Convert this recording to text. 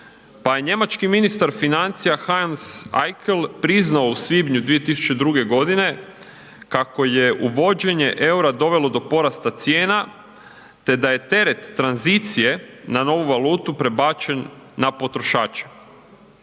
Pa je njemački ministar financija Hans Eichel priznao u svibnju 2002. godine kako je uvođenje EUR- dovelo do porasta cijena te da je teret tranzicije na novu valutu prebačen na potrošače.